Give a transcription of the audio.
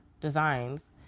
designs